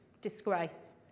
disgrace